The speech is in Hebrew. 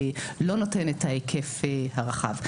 לא נותן את ההיקף הרחב.